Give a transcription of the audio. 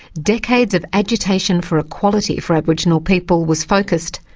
decades of agitation for equality for aboriginal people was focussed,